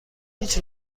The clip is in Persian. هیچ